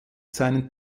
seinen